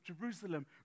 Jerusalem